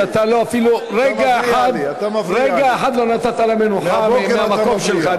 שאפילו רגע אחד לא נתת לה מנוחה מהמקום שלך,